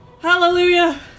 Hallelujah